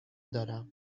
دارم